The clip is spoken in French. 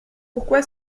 pourquoi